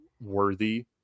worthy